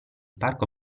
parco